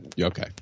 Okay